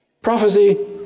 Prophecy